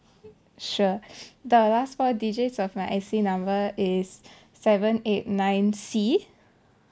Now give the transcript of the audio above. sure the last four digits of my I_C number is seven eight nine C